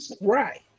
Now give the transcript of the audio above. right